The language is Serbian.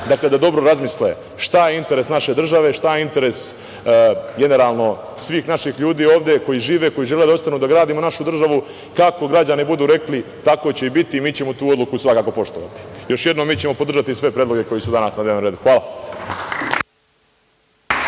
da dobro razmisle šta je interes naše države, šta je interes generalno svih naših ljudi ovde koji žive, koji žele da ostanu da gradimo našu državu. Kako građani budu rekli, tako će i biti, i mi ćemo tu odluku svakako poštovati. Još jednom, mi ćemo podržati sve predloge koji su danas na dnevnom redu. Hvala.